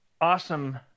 awesome